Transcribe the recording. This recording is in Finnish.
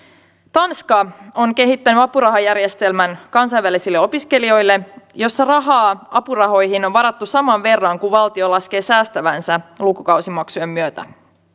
tanska on kehittänyt apurahajärjestelmän kansainvälisille opiskelijoille jossa rahaa apurahoihin on varattu saman verran kuin valtio laskee säästävänsä lukukausimaksujen myötä